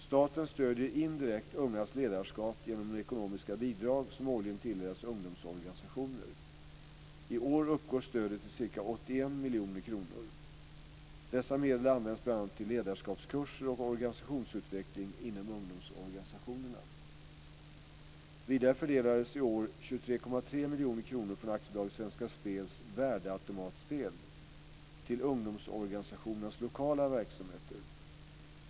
Staten stöder indirekt ungas ledarskap genom de ekonomiska bidrag som årligen tilldelas ungdomsorganisationer. I år uppgår stödet till ca 81 miljoner kronor. Dessa medel används bl.a. till ledarskapskurser och organisationsutveckling inom ungdomsorganisationerna. AB Svenska Spels värdeautomatspel till ungdomsorganisationernas lokala verksamheter.